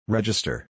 Register